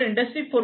तर इंडस्ट्री 4